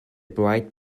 bright